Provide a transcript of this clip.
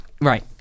right